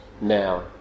now